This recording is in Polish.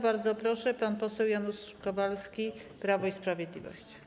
Bardzo proszę, pan poseł Janusz Kowalski, Prawo i Sprawiedliwość.